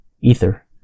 Ether